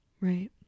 Right